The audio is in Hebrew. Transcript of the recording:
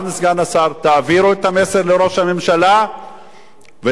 תעבירו את המסר לראש הממשלה ולשר הפנים,